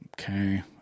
Okay